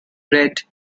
red